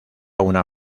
una